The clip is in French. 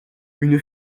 une